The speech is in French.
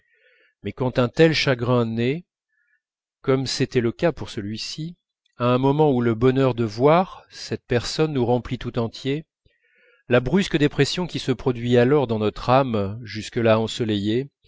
mais quand un tel chagrin naît comme c'était le cas pour celui-ci à un moment où le bonheur de voir cette personne nous remplit tout entiers la brusque dépression qui se produit alors dans notre âme jusque-là ensoleillée